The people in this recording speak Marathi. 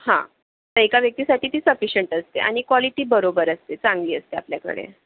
हां एका व्यक्तीसाटी ती सफीशन्ट असते आणि कॉलिटी बरोबर असते चांगली असते आपल्याकडे